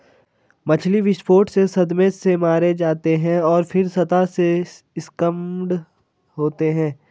मछली विस्फोट से सदमे से मारे जाते हैं और फिर सतह से स्किम्ड होते हैं